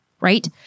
right